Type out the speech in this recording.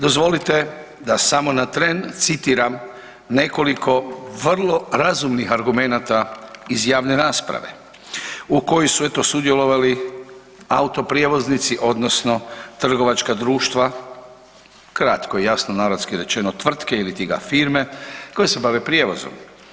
Dozvolite da samo na tren citiram nekoliko vrlo razumnih argumenata iz javne rasprave u kojoj su eto sudjelovali autoprijevoznici odnosno trgovačka društva, kratko i jasno na hrvatski rečeno tvrtke ili ti ga firme koje se bave prijevozom.